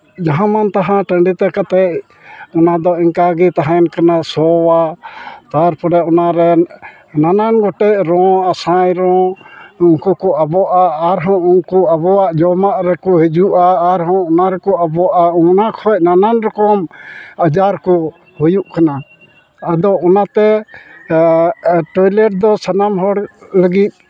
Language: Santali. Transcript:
ᱡᱟᱦᱟᱸᱢᱟᱱ ᱛᱟᱦᱟᱸ ᱴᱟᱺᱰᱤᱛᱮ ᱠᱟᱛᱮᱫ ᱚᱱᱟᱫᱚ ᱤᱱᱠᱟᱹᱜᱮ ᱛᱟᱦᱮᱱ ᱠᱟᱱᱟ ᱥᱚᱣᱟ ᱛᱟᱨᱯᱚᱨᱮ ᱚᱱᱟ ᱨᱮᱱ ᱱᱟᱱᱟᱱ ᱜᱚᱴᱮᱡ ᱨᱚ ᱟᱸᱥᱟᱭ ᱨᱚ ᱩᱱᱠᱩ ᱠᱚ ᱟᱵᱚᱜᱼᱟ ᱟᱨᱦᱚᱸ ᱩᱱᱠᱩ ᱟᱵᱚᱣᱟᱜ ᱡᱚᱢᱟᱜ ᱨᱮᱠᱚ ᱦᱤᱡᱩᱜᱼᱟ ᱟᱨᱦᱚᱸ ᱚᱱᱟ ᱨᱮᱠᱚ ᱟᱵᱚᱜᱼᱟ ᱚᱱᱟ ᱠᱷᱚᱡ ᱱᱟᱱᱟᱱ ᱨᱚᱠᱚᱢ ᱟᱡᱟᱨ ᱠᱚ ᱦᱩᱭᱩᱜ ᱠᱟᱱᱟ ᱟᱫᱚ ᱚᱱᱟᱛᱮ ᱴᱚᱭᱞᱮᱴ ᱫᱚ ᱥᱟᱱᱟᱢ ᱦᱚᱲ ᱞᱟᱹᱜᱤᱫ